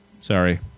Sorry